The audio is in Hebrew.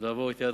לעבור את יעד